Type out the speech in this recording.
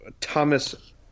Thomas